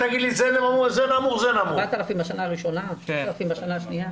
7,000 בשנה הראשונה, 6,000 בשנה השנייה.